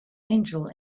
angel